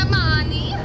money